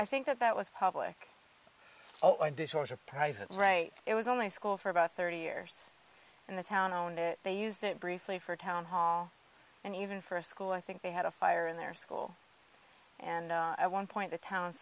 i think that that was public as a private right it was only a school for about thirty years and the town owned it they used it briefly for a town hall and even for a school i think they had a fire in their school and one point the town